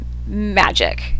magic